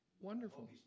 wonderful